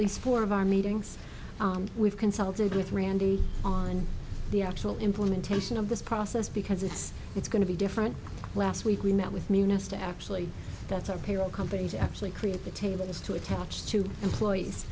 least four of our meetings we've consulted with randy on the actual implementation of this process because it's it's going to be different last week we met with newness to actually that's our payroll company to actually create the tables to attach to employees